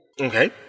Okay